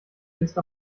lässt